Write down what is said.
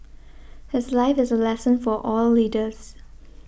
his life is a lesson for all leaders